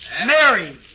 Mary